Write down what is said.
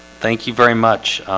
thank you very much.